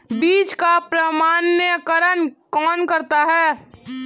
बीज का प्रमाणीकरण कौन करता है?